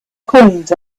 coins